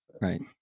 Right